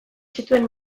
zituen